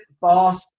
Boss